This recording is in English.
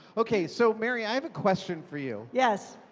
okay, so mary, i have a question for you. yes.